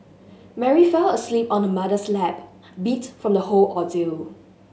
Mary fell asleep on her mother's lap beat from the whole ordeal